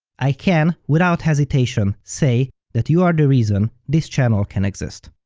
i can, without hesitation, say that you are the reason this channel can exist.